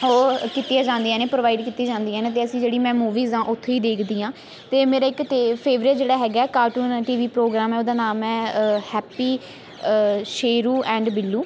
ਉਹ ਕੀਤੀਆਂ ਜਾਂਦੀਆਂ ਨੇ ਪ੍ਰੋਵਾਈਡ ਕੀਤੀ ਜਾਂਦੀਆਂ ਨੇ ਅਤੇ ਅਸੀਂ ਜਿਹੜੀ ਮੈਂ ਮੂਵੀਜ਼ ਆ ਉੱਥੋਂ ਹੀ ਦੇਖਦੀ ਹਾਂ ਅਤੇ ਮੇਰਾ ਇੱਕ ਅਤੇ ਫੇਵਰੇਟ ਜਿਹੜਾ ਹੈਗਾ ਕਾਰਟੂਨ ਟੀ ਵੀ ਪ੍ਰੋਗਰਾਮ ਹੈ ਉਹਦਾ ਨਾਮ ਹੈ ਹੈਪੀ ਸ਼ੇਰੂ ਐਂਡ ਬਿੱਲੂ